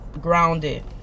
grounded